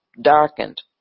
darkened